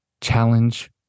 challenge